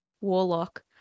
Warlock